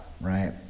right